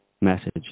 message